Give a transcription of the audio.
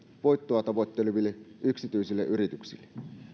voittoa tavoitteleville yksityisille yrityksille